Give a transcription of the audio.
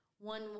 One